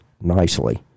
nicely